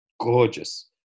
Gorgeous